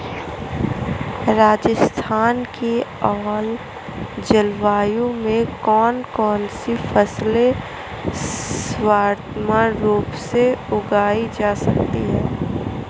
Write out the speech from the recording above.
राजस्थान की जलवायु में कौन कौनसी फसलें सर्वोत्तम रूप से उगाई जा सकती हैं?